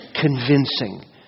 convincing